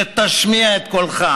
שתשמיע את קולך.